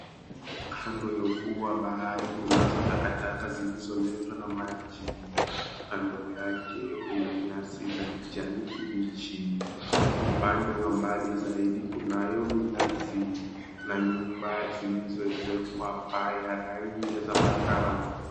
Kanda ufuo wa bahari kunazo takataka zilizoletwa na maji. Kando yake kuna nyasi za kijani kibichi. Upande wa mbali zaidi kunayo minazi na nyumba zilizoezekwa paa ya rangi ya zambarau.